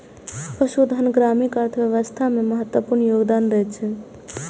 पशुधन ग्रामीण अर्थव्यवस्था मे महत्वपूर्ण योगदान दै छै